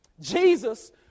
Jesus